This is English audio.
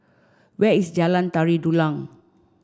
where is Jalan Tari Dulang